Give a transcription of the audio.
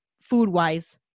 food-wise